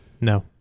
no